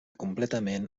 completament